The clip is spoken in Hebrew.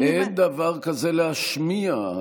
אין דבר כזה להשמיע.